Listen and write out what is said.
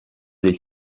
del